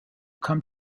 come